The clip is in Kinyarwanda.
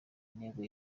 intego